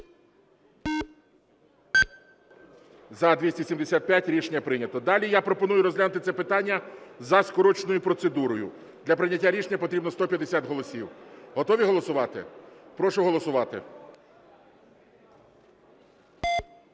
За-275 Рішення прийнято. Далі я пропоную розглянути це питання за скороченою процедурою, для прийняття рішення потрібно 150 голосів. Готові голосувати? Прошу голосувати.